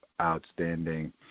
Outstanding